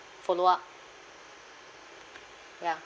follow up ya